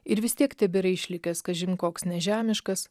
ir vis tiek tebėra išlikęs kažin koks nežemiškas